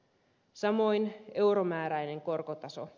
samoin euromääräinen korkotaso